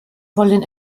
wollen